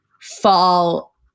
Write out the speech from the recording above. fall